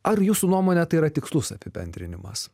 ar jūsų nuomone tai yra tikslus apibendrinimas